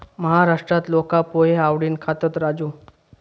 महाराष्ट्रात लोका पोहे आवडीन खातत, राजू